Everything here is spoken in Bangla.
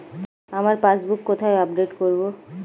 আমার পাসবুক কোথায় আপডেট করব?